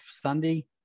Sunday